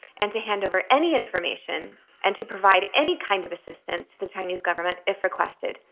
and to hand over any information and to provide any kind of assistance to the chinese government if requested.